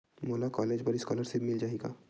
मोला कॉलेज बर स्कालर्शिप मिल जाही का?